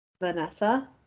Vanessa